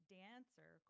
dancer